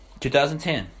2010